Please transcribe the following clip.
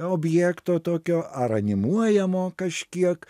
objekto tokio ar animuojamo kažkiek